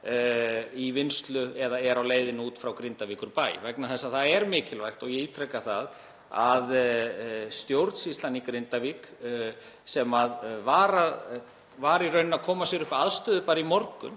í vinnslu eða á leiðinni út frá Grindavíkurbæ. Það er mikilvægt, og ég ítreka það, að stjórnsýslunni í Grindavík, sem var í rauninni að koma sér upp aðstöðu bara í morgun,